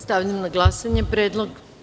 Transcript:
Stavljam na glasanje predlog.